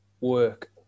work